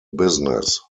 business